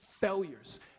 failures